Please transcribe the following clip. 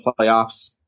playoffs